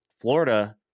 Florida